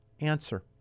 answer